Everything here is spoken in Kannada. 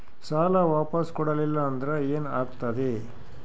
ಸಾಲ ವಾಪಸ್ ಕೊಡಲಿಲ್ಲ ಅಂದ್ರ ಏನ ಆಗ್ತದೆ?